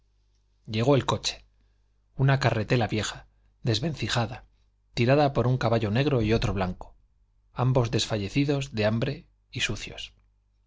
llegó el coche una carretela vieja desvencijada tirada por un caballo negro y otro blanco ambos desfallecidos de hambre y sucios